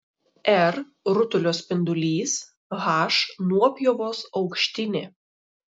r rutulio spindulys h nuopjovos aukštinė